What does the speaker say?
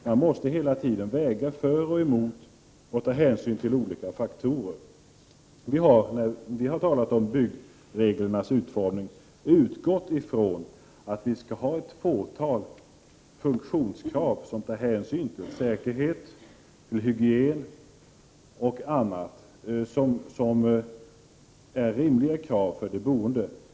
Man måste hela tiden väga saker för och emot och ta hänsyn till olika faktorer. Men när vi har talat om byggreglernas utformning har vi utgått från att det skall ställas ett fåtal funktionskrav som innebär att man tar hänsyn till säkerhet, hygien och annat, dvs. krav som det är rimligt att de boende ställer.